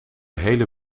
hele